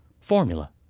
formula